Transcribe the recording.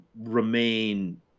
remain